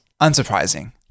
Unsurprising